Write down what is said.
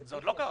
זה עוד לא קרה.